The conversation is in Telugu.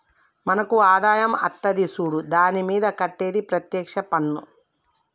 మనకు ఆదాయం అత్తది సూడు దాని మీద కట్టేది ప్రత్యేక్ష పన్నా